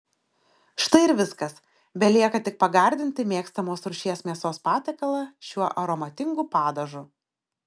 štai ir viskas belieka tik pagardinti mėgstamos rūšies mėsos patiekalą šiuo aromatingu padažu